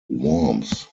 worms